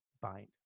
bind